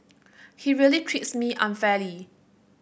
he really treats me unfairly